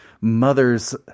mothers